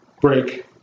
break